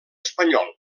espanyol